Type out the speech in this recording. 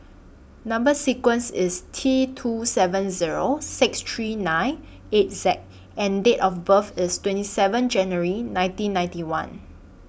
Number sequence IS T two seven Zero six three nine eight Z and Date of birth IS twenty seven January nineteen ninety one